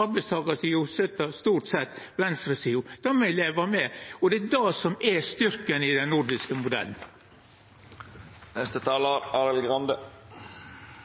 arbeidstakarsida støttar stort sett venstresida. Det må me leva med, og det er det som er styrken i den nordiske modellen.